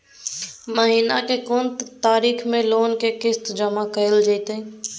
महीना के कोन तारीख मे लोन के किस्त जमा कैल जेतै?